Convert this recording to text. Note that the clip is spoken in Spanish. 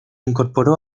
incorporó